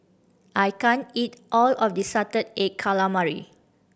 I can't eat all of this salted egg calamari